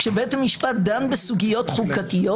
כשבית המשפט דן בסוגיות חוקתיות,